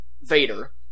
Vader